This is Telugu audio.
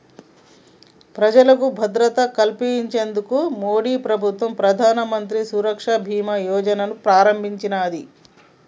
ప్రజలకు భద్రత కల్పించేందుకు మోదీప్రభుత్వం ప్రధానమంత్రి సురక్ష బీమా యోజనను ప్రారంభించినాది